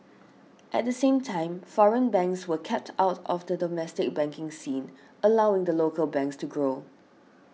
at the same time foreign banks were kept out of the domestic banking scene allowing the local banks to grow